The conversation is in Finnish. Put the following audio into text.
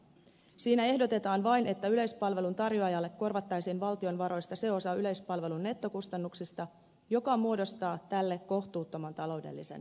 siinä ehdotetaan vain että yleispalvelun tarjoajalle korvattaisiin valtion varoista se osa yleispalvelun nettokustannuksista joka muodostaa tälle kohtuuttoman taloudellisen rasitteen